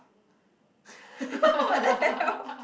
!what the hell!